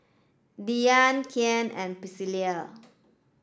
Diya Kian and Pricilla